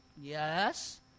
Yes